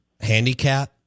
handicap